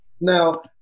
Now